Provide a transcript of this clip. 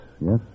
yes